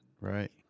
Right